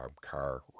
car